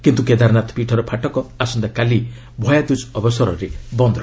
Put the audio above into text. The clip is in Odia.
କିନ୍ତୁ କେଦାରନାଥ ପୀଠର ଫାଟକ ଆସନ୍ତାକାଲି ଭୟା ଦୁଜ୍ ଅବସରରେ ବନ୍ଦ୍ ହେବ